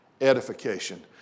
edification